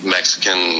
Mexican